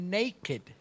naked